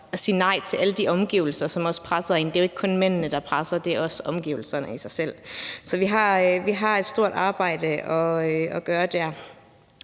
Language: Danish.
og sige nej til alle de omgivelser, som presser en. Det er jo ikke kun mændene, der presser; det er også omgivelserne i sig selv. Så vi har et stort arbejde at gøre der.